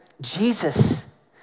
Jesus